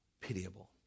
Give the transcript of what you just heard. pitiable